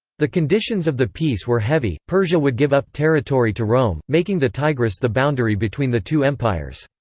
the conditions of the peace were heavy persia would give up territory to rome, making the tigris the boundary between the two empires.